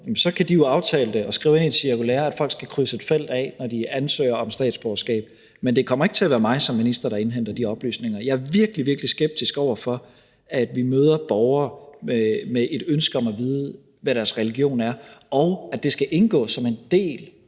så kan de jo aftale det og skrive ind i et cirkulære, at folk skal krydse et felt af, når de ansøger om statsborgerskab. Men det kommer ikke til at være mig som minister, der indhenter de oplysninger. Jeg er virkelig, virkelig skeptisk over for, at vi møder borgere med et ønske om at vide, hvad deres religion er, og at det skal indgå som en del